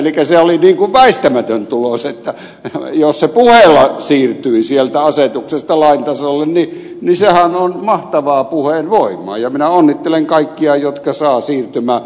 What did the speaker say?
elikkä se oli väistämätön tulos että jos se puheella siirtyi sieltä asetuksesta lain tasolle niin sehän on mahtavaa puheen voimaa ja minä onnittelen kaikkia jotka saavat siirtymään